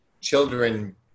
children